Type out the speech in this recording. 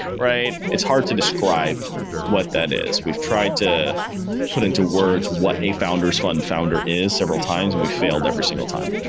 right? it's hard to describe what that is. we've tried to put into words what a founder s fund founder is several times and we failed every single time.